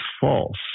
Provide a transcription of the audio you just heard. false